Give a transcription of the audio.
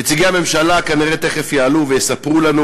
נציגי הממשלה תכף יעלו כנראה ויספרו לנו